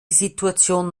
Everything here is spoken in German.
situation